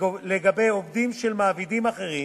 לגבי עובדים של מעבידים אחרים,